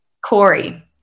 Corey